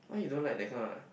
!huh! you don't like that kind ah